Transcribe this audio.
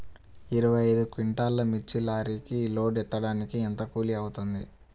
ఇరవై ఐదు క్వింటాల్లు మిర్చి లారీకి లోడ్ ఎత్తడానికి ఎంత కూలి అవుతుంది?